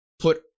put